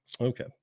okay